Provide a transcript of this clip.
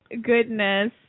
goodness